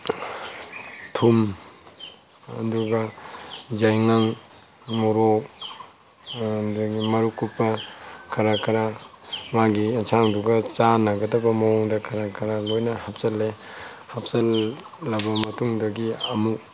ꯊꯨꯝ ꯑꯗꯨꯒ ꯌꯥꯏꯉꯪ ꯃꯣꯔꯣꯛ ꯑꯗꯒꯤ ꯃꯔꯨ ꯑꯀꯨꯞꯄ ꯈꯔ ꯈꯔ ꯃꯥꯒꯤ ꯏꯟꯁꯥꯡꯗꯨꯒ ꯆꯟꯅꯒꯗꯕ ꯃꯑꯣꯡꯗ ꯈꯔ ꯈꯔ ꯂꯣꯏꯅ ꯍꯥꯞꯆꯤꯟꯂꯦ ꯍꯥꯞꯆꯤꯟꯂꯕ ꯃꯇꯨꯡꯗꯒꯤ ꯑꯃꯨꯛ